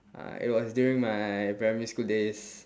uh it was during my primary school days